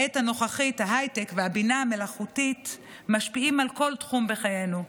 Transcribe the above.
בעת הנוכחית ההייטק והבינה המלאכותית משפיעים על כל תחום בחיינו,